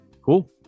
Cool